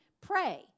Pray